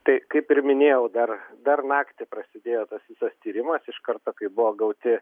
tai kaip ir minėjau dar dar naktį prasidėjo tas visas tyrimas iš karto kai buvo gauti